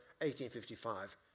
1855